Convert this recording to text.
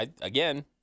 Again